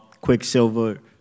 Quicksilver